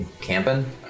camping